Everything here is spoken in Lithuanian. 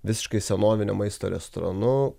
visiškai senovinio maisto restoranu